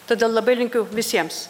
todėl labai linkiu visiems